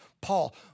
Paul